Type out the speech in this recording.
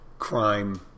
crime